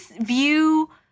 view